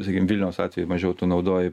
sakykim vilniaus atveju mažiau tu naudoji